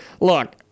look